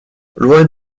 loin